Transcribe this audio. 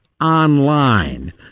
online